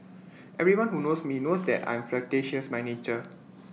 everyone who knows me knows that I am flirtatious by nature